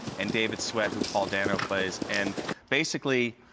and david sweat, who paul dano plays. and basically